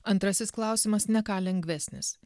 antrasis klausimas ne ką lengvesnis